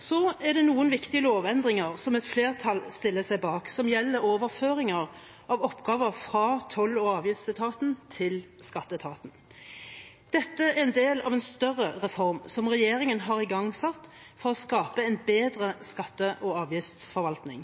Så er det noen viktige lovendringer som et flertall stiller seg bak, som gjelder overføringer av oppgaver fra toll- og avgiftsetaten til skatteetaten. Dette er en del av en større reform som regjeringen har igangsatt for å skape en bedre skatte- og avgiftsforvaltning,